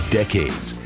decades